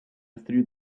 through